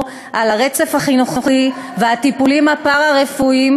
על הרצף החינוכי והטיפולים הפארה-רפואיים,